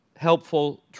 helpful